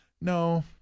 no